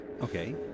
Okay